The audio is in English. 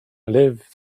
live